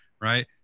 right